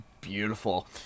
beautiful